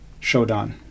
Shodan